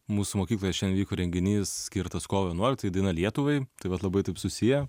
mūsų mokykloje vyko renginys skirtas kovo vienuoliktajai daina lietuvai tai vat labai taip susiję